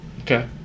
Okay